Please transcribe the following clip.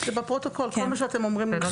כל מה שאתם אומרים זה בפרוטוקול.